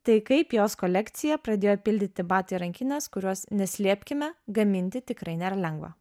tai kaip jos kolekciją pradėjo pildyti batai rankinės kuriuos neslėpkime gaminti tikrai nėra lengva